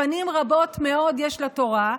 פנים רבות מאוד יש לתורה,